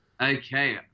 Okay